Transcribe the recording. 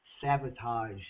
sabotage